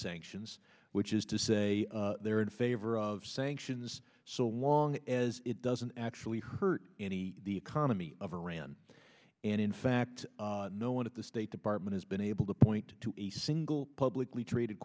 sanctions which is to say they're in favor of sanctions so long as it doesn't actually hurt any the economy of iran and in fact no one at the state department has been able to point to a single publicly traded